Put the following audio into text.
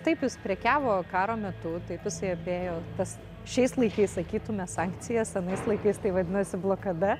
taip jis prekiavo karo metu taip jisai apėjo tas šiais laikais sakytume sankcijas anais laikais tai vadinosi blokada